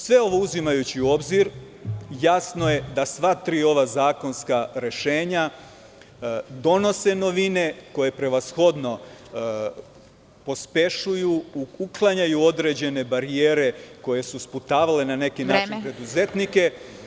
Sve ovo uzimajući u obzir jasno je da sva tri ova zakonska rešenja donose novine, koje prevashodno pospešuju, uklanjaju određene barijere koje su sputavale na neki način preduzetnike.